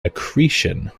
accretion